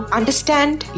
understand